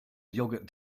yogurt